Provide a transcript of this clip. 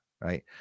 right